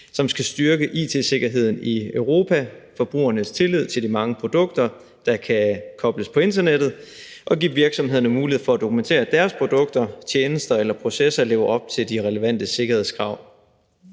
som skal styrke it-sikkerheden i Europa og forbrugernes tillid til de mange produkter, der kan kobles på internettet, og give virksomhederne mulighed for at dokumentere, at deres produkter, tjenester eller processer lever op til de relevante sikkerhedskrav.